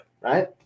right